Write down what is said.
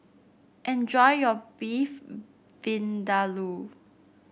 enjoy your Beef Vindaloo